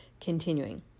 Continuing